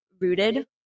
rooted